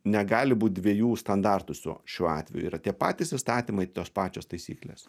negali būt dviejų standartų su šiuo atveju yra tie patys įstatymai tos pačios taisyklės